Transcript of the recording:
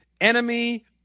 enemy